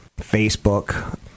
Facebook